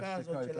השחיקה הזאת.